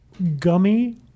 gummy